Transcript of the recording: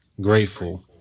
Grateful